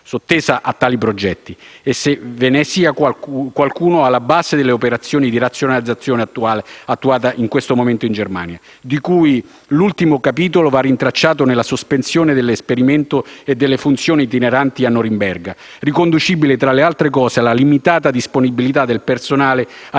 sottesa a tali progetti, e se ve ne sia qualcuna alla base delle operazioni di razionalizzazione attuate al momento in Germania. L'ultimo capitolo va rintracciato nella sospensione dell'esperimento del funzionario itinerante a Norimberga, riconducibile, tra le altre cose, alla limitata disponibilità di personale da